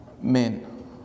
men